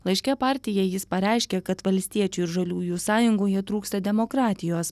laiške partijai jis pareiškė kad valstiečių ir žaliųjų sąjungoje trūksta demokratijos